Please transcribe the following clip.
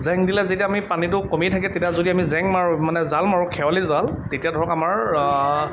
জেং দিলে যেতিয়া আমি পানীটো কমি থাকে তেতিয়া যদি আমি জেং মাৰোঁ মানে জাল মাৰোঁ খেৱালি জাল তেতিয়া ধৰক আমাৰ